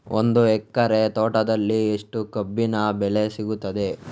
ಒಂದು ಎಕರೆ ತೋಟದಲ್ಲಿ ಎಷ್ಟು ಕಬ್ಬಿನ ಬೆಳೆ ಸಿಗುತ್ತದೆ?